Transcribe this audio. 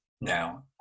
now